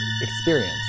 experience